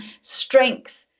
strength